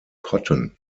cotton